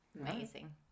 Amazing